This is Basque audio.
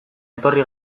etorri